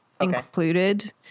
included